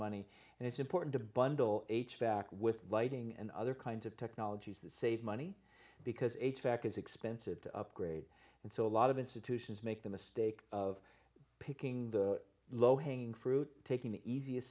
money and it's important to bundle back with lighting and other kinds of technologies that save money because a check is expensive to upgrade and so a lot of institutions make the mistake of picking the low hanging fruit taking the easiest